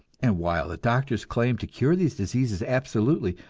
and while the doctors claim to cure these diseases absolutely,